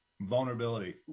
Vulnerability